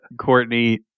Courtney